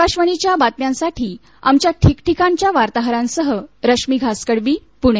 आकाशवाणीच्या बातम्यांसाठी आमच्या ठीकठिकाणच्या वार्ताहरांसह रश्मी घासकडबी प्णे